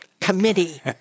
Committee